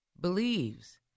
believes